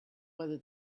whether